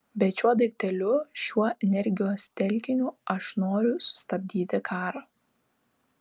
bet šiuo daikteliu šiuo energijos telkiniu aš noriu sustabdyti karą